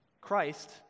Christ